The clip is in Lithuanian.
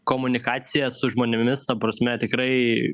komunikacija su žmonėmis ta prasme tikrai